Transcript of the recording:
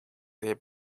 hit